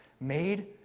made